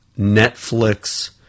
Netflix